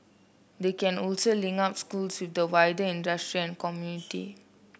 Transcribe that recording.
they can also link up schools with the wider industry and community